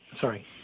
Sorry